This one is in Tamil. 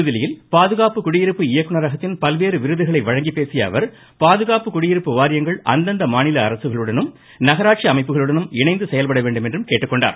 புதுதில்லியில் பாதுகாப்பு குடியிருப்பு இயக்குநரகத்தின் பல்வேறு விருதுகளை வழங்கி பேசிய அவர் பாதுகாப்பு குடியிருப்பு வாரியங்கள் அந்தந்த மாநில அரசுகளுடனும் நகராட்சி அமைப்புகளுடனும் இணைந்து செயல்பட வேண்டும் என்றும் கேட்டுக்கொண்டார்